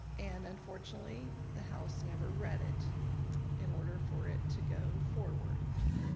and unfortunately the house never read it in order for it to go forward. that's true.